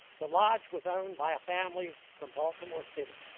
the lodge was owned by a family from baltimore city.